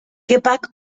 kepak